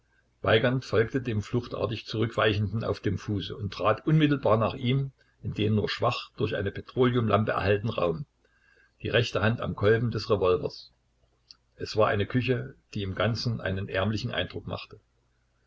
weigand folgte dem fluchtartig zurückweichenden auf dem fuße und trat unmittelbar nach ihm in den nur schwach durch eine petroleumlampe erhellten raum die rechte hand am kolben des revolvers es war eine küche die im ganzen einen ärmlichen eindruck machte